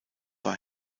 war